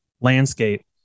landscape